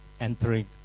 entering